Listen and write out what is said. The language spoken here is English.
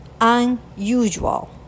unusual